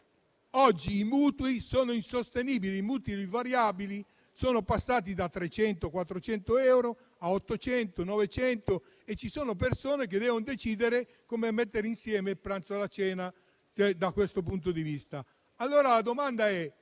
oggi i mutui sono insostenibili; i mutui a tasso fisso sono passati da 300-400 euro a 800-900 e ci sono persone che devono decidere come mettere insieme il pranzo e la cena. La domanda è se